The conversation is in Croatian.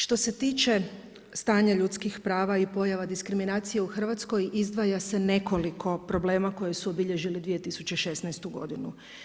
Što se tiče stanja ljudskih prava i pojava diskriminacije u Hrvatskoj izdvaja se nekoliko problema koji su obilježili 2016. godinu.